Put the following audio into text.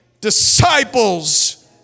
disciples